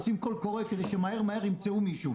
עושים קול קורא כדי שמהר מהר ימצאו מישהו.